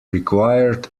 required